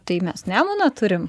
tai mes nemuną turim